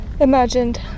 imagined